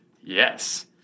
Yes